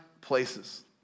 places